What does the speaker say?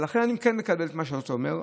לכן, אני כן מקבל את מה שאתה אומר.